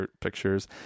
pictures